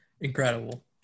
Incredible